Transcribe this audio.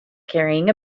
carrying